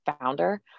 founder